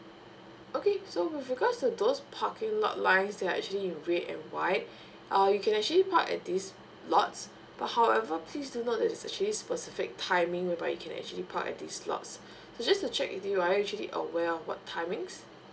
okay so with regards to those parking lot lines that are actually in red and white uh you can actually park at this lots but however please do note there is actually specific timing whereby you can actually park at this lots just to check with you right are you actually aware what timings